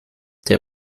der